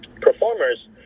performers